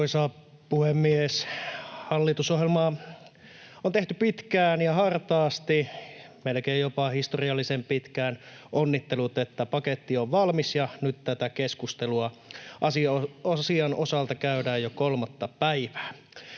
Arvoisa puhemies! Hallitusohjelmaa on tehty pitkään ja hartaasti, melkein jopa historiallisen pitkään. Onnittelut, että paketti on valmis ja nyt tätä keskustelua asian osalta käydään jo kolmatta päivää.